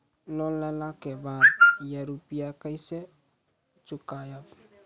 Loan लेला के बाद या रुपिया केसे चुकायाबो?